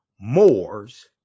moors